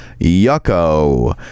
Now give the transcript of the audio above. yucko